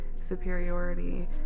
superiority